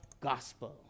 gospel